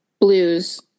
Blues